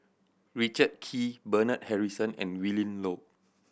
Richard Kee Bernard Harrison and Willin Low